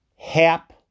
Hap